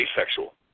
asexual